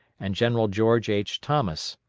and general george h. thomas.